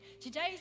Today's